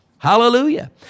Hallelujah